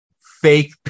fake